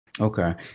Okay